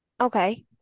Okay